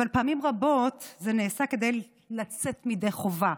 אבל פעמים רבות זה נעשה כדי לצאת ידי חובה,